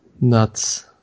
nuts